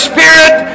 Spirit